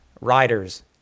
Riders